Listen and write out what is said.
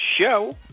show